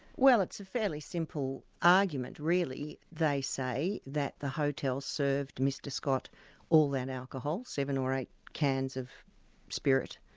well it's a fairly simple argument really. they say that the hotel served mr scott all that alcohol, seven or eight cans of spirit,